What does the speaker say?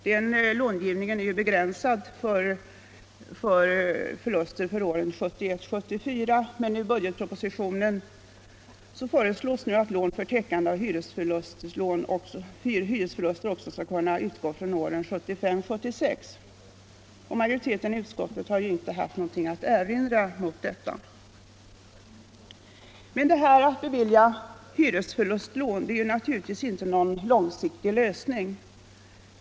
Den långivningen är begränsad till förluster för åren 1971-1974, men i budgetpropositionen föreslås nu att lån för täckande av hyresförluster också skall kunna utgå för åren 1975 och 1976. Majoriteten i utskottet har inte haft någonting att erinra mot detta. Att bevilja hyresförlustlån är naturligtvis inte någon långsiktig lösning.